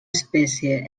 espècie